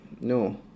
No